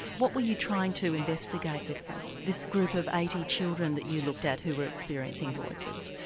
what were you trying to investigate with them, this group of eighty children that you looked at who were experiencing voices?